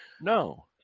no